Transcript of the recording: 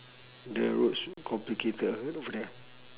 the roads complicated over there